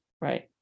Right